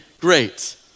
great